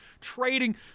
trading